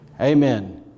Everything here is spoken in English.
Amen